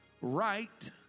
right